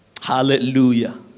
Hallelujah